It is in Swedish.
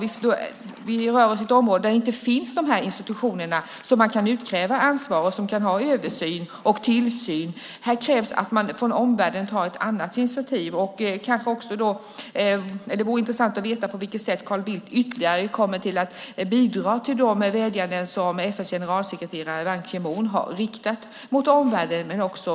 Vi rör oss på ett område där de här institutionerna inte finns som kan utkräva ansvar och utöva översyn och tillsyn. Här krävs det att omvärlden tar ett annat initiativ. Det vore intressant att veta på vilket sätt Carl Bildt ytterligare kommer att bidra när det gäller de vädjanden som FN:s generalsekreterare Ban Ki Moon har riktat till omvärlden och Sverige.